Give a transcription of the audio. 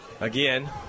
Again